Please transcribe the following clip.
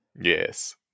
Yes